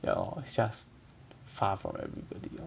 ya lor it's just far from everybody lor